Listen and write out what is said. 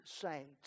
saints